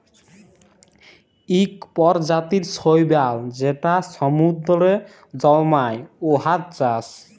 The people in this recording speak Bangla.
ইক পরজাতির শৈবাল যেট সমুদ্দুরে জল্মায়, উয়ার চাষ